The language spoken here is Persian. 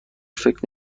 فکر